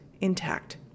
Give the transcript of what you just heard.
intact